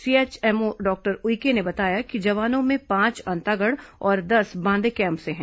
CHMO doctor Uike ने बताया कि जवानों में पांच अंतागढ़ और दस बांदे कैम्प से हैं